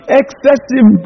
excessive